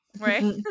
Right